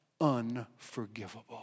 unforgivable